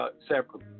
separately